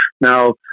Now